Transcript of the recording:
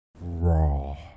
Raw